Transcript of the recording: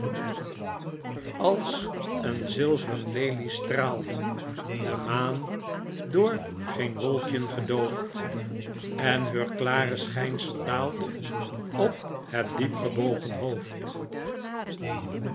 als een zilveren lelie straalt de maan door geen wolkjen gedoofd en heur klare schijnsel daalt op het diep gebogen hoofd